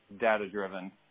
data-driven